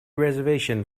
reservation